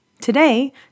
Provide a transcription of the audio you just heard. Today